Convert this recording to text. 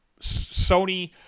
Sony